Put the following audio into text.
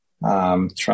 Trump